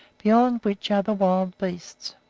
beyond which are the wild beasts.